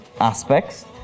aspects